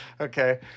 Okay